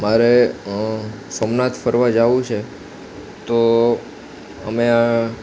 મારે સોમનાથ ફરવા જવું છે તો અમે